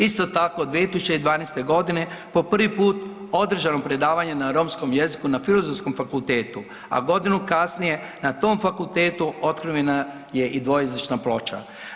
Isto tako, 2012. g. po prvi put održano predavanje na romskom jeziku na Filozofskom fakultetu, a godinu kasnije na tom fakultetu otkrivena je dvojezična ploča.